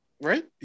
Right